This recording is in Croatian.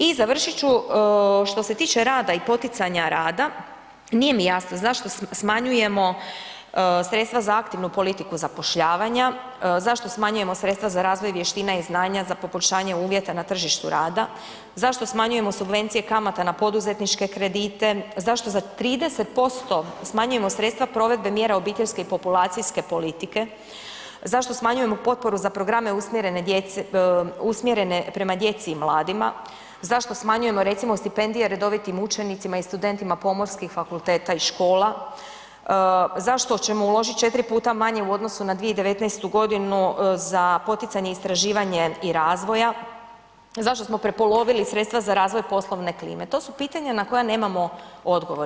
I završit ću, što se tiče rada i poticanja rada, nije mi jasno zašto smanjujemo sredstva za aktivnu politiku zapošljavanja, zašto smanjujemo sredstva za razvoj vještina i znanja za poboljšanje uvjeta na tržištu rada, zašto smanjujemo subvencije kamata na poduzetničke kredite, zašto za 30% smanjujemo sredstva provedbe mjera obiteljske i populacijske politike, zašto smanjujemo potporu za programe usmjerene djece, usmjerene prema djeci i mladima, zašto smanjimo recimo stipendije redovitim učenicima i studentima pomorskih fakulteta i škola, zašto ćemo uložit 4 puta manje u odnosu na 2019.g. za poticanje i istraživanje i razvoja, zašto smo prepolovili sredstva za razvoj poslovne klime, to su pitanja na koja nemamo odgovor.